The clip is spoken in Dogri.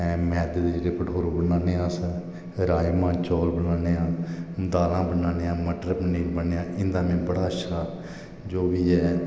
हैन मैदे दे जेहड़े भठोरो बनान्ने आं अस राजमां चौल बनाने आं दालां बनान्ने मटर पनीर बनान्ने आं बड़ा अच्छा जो बी ऐ